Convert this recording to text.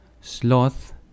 sloth